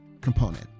component